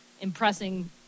impressing